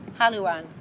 Haluan